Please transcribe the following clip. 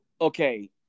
okay